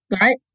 right